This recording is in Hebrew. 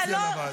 אתה לא,